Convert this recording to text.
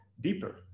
deeper